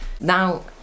Now